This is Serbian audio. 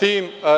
tim.